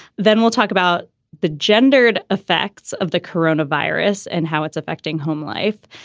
then we'll talk about the gendered effects of the corona virus and how it's affecting home life.